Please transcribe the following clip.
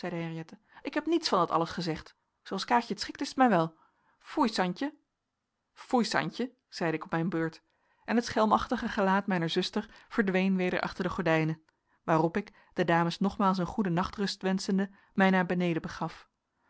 ik heb niets van dat alles gezegd zooals kaatje t schikt is t mij wel foei santje foei santje zeide ik op mijne beurt en het schelmachtige gelaat mijner zuster verdween weder achter de gordijnen waarop ik de dames nogmaals een goede nachtrust wenschende mij naar beneden begaf